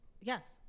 Yes